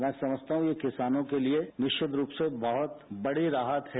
मै समझता हूं कि किसानों के लिए निरिक्त रूप से बहुत बड़ी राहत है